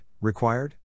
required